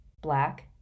black